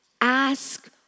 ask